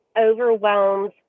overwhelms